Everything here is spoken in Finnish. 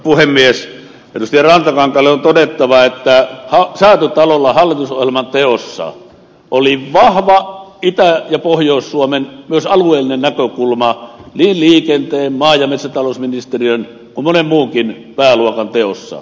edustaja rantakankaalle on todettava että säätytalolla hallitusohjelman teossa oli vahva myös itä ja pohjois suomen alueellinen näkökulma niin liikenteen maa ja metsätalousministeriön kuin monen muunkin pääluokan teossa